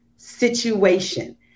situation